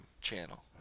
channel